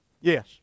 Yes